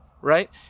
right